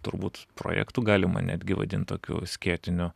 turbūt projektu galima netgi vadint tokiu skėtiniu